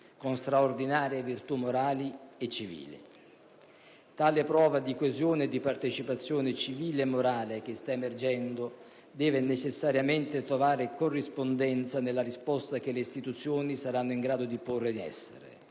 con straordinarie virtù morali e civili. La prova di coesione e partecipazione civile e morale che sta emergendo deve necessariamente trovare corrispondenza nella risposta che le istituzioni saranno in grado di porre in essere.